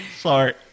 Sorry